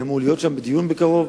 אני אמור להיות שם בדיון בקרוב.